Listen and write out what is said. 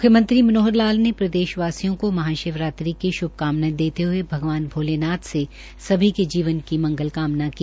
म्ख्यमंत्री मनोहरलाल ने प्रदेशवासियों को महाशिवरात्रि की श्भकामनाएं देते हए भगवान भोलेनाथ से सभी के जीवन की मंगलकामना की